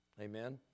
amen